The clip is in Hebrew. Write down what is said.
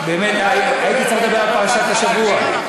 באמת, הייתי צריך לדבר על פרשת השבוע.